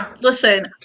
Listen